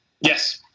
Yes